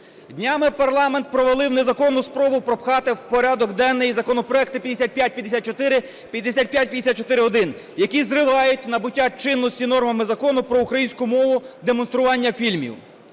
Днями парламент провалив незаконну спробу пропхати в порядок денний законопроекти 5554, 5554-1, які зривають набуття чинності нормами Закону про українську мову демонстрування фільмів.